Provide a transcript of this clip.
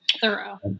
thorough